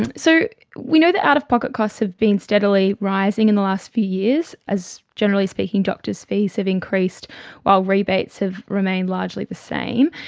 and so we know that out-of-pocket costs have been steadily rising in the last few years, as generally speaking doctors' fees have increased while rebates have remained largely the same.